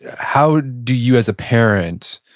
how do you, as a parent,